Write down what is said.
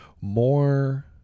more